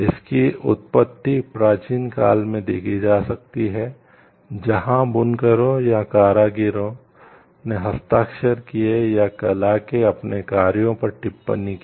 इसकी उत्पत्ति प्राचीन काल में देखी जा सकती है जहां बुनकरों या कारीगरों ने हस्ताक्षर किए या कला के अपने कार्यों पर टिप्पणी की